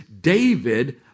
David